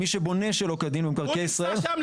מי שבונה שלא כדין --- הוא נמצא ממזמן.